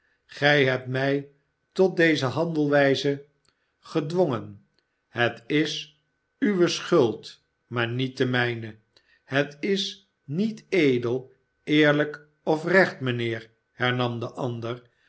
gij hebt mij tot deze handelwijze gedwongen het is uwe schuld maar niet de mijne het is niet edel eerlijk of recht mijnheer hernam de ander